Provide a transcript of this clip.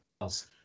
else